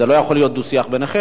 זה לא יכול להיות דו-שיח ביניכם.